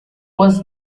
was